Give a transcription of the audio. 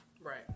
Right